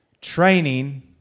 training